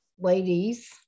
ladies